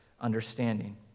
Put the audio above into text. understanding